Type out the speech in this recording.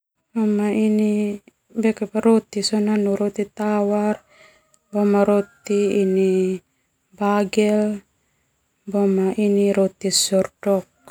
Ini roti sona nanu roti tawar, boma roti ini roti bagel, boma roti ini shordok.